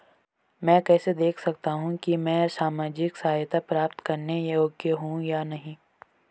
मैं कैसे देख सकता हूं कि मैं सामाजिक सहायता प्राप्त करने योग्य हूं या नहीं?